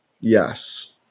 Yes